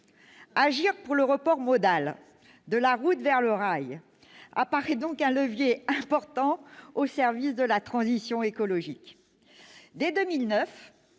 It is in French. Agir pour le report modal, de la route vers le rail, apparaît donc comme un levier important au service de la transition écologique. Dès 2009,